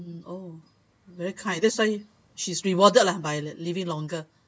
oh very kind that's why she's rewarded lah by living longer